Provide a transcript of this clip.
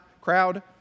crowd